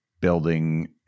building